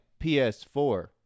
PS4